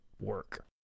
work